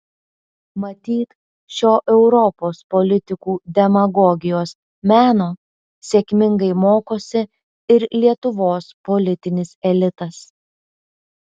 matyt šio europos politikų demagogijos meno sėkmingai mokosi ir lietuvos politinis elitas